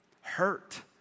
hurt